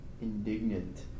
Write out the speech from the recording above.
indignant